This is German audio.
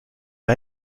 wir